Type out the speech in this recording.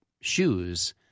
shoes